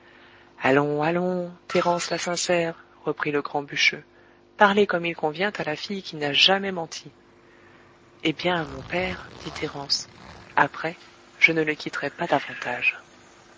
allons allons thérence la sincère reprit le grand bûcheux parlez comme il convient à la fille qui n'a jamais menti eh bien mon père dit thérence après je ne le quitterai pas davantage